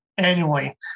annually